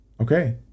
Okay